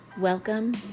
welcome